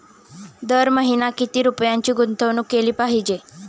दर महिना किती रुपयांची गुंतवणूक केली पाहिजे?